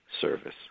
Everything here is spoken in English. service